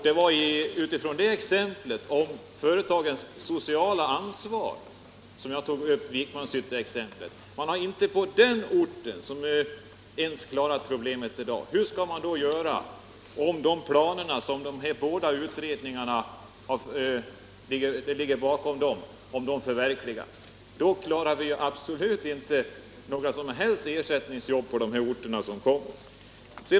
Det var med utgångspunkt i företagens sociala ansvar som jag tog upp Vikmanshytteexemplet. När man inte ens på den orten har klarat problemet i dag, hur skall man då göra det om de här planerna som båda utredningarna ligger bakom förverkligas? Då klarar man inte några som helst ersättningsjobb på de orter som kommer till.